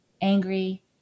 angry